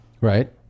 Right